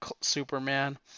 Superman